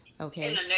Okay